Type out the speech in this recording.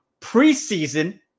Preseason